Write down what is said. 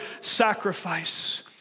sacrifice